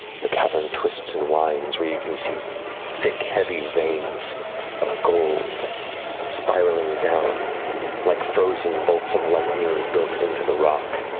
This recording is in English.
the cavern twists and winds where you can see thick, heavy veins of gold spiraling down like frozen bolts of lighting built into the rock